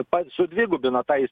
pa sudvigubino tai